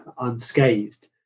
unscathed